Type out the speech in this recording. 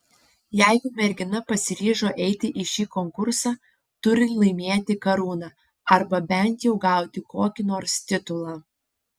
jeigu mergina pasiryžo eiti į šį konkursą turi laimėti karūną arba bent jau gauti kokį nors titulą